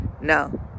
no